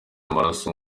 amaraso